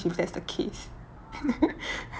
if that's the case